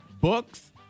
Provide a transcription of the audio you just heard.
books